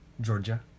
Georgia